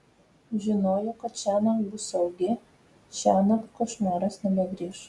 žinojo kad šiąnakt bus saugi šiąnakt košmaras nebegrįš